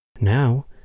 Now